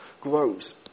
grows